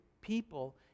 people